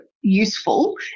useful